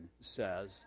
says